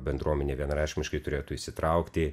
bendruomenė vienareikšmiškai turėtų įsitraukti